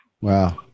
wow